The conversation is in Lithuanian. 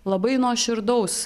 labai nuoširdaus